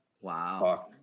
wow